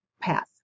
path